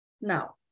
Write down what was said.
Now